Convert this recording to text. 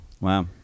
Wow